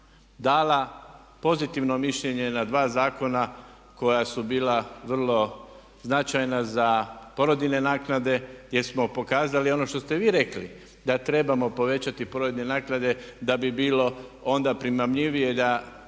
dala pozitivno mišljenje na dva zakona koja su bila vrlo značajna za porodiljine naknade gdje smo pokazali ono što ste vi rekli da trebamo povećati porodiljine naknade da bi bilo onda primamljivije da